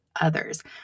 others